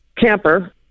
camper